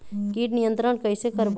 कीट नियंत्रण कइसे करबो?